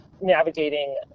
navigating